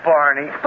Barney